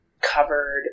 covered